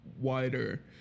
wider